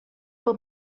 per